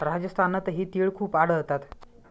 राजस्थानातही तिळ खूप आढळतात